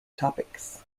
topics